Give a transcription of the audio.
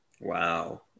Wow